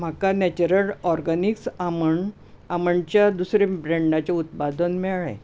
म्हाका natural organics almond आमंडच्या दुसऱ्या ब्रॅन्डाचें उत्पादन मेळ्ळें